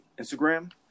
Instagram